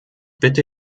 bitte